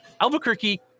Albuquerque